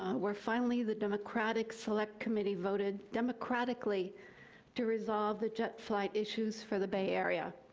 um where finally the democratic select committee vote ah democratically to resolve the jet flight issues for the bay area,